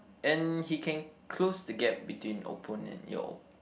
and he can close the gap between opponent yo